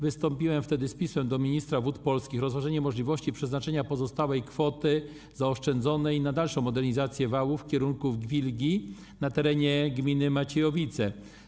Wystąpiłem wtedy z pismem do ministra, do Wód Polskich o rozważenie możliwości przeznaczenia pozostałej zaoszczędzonej kwoty na dalszą modernizację wałów w kierunku Wilgi na terenie gminy Maciejowice.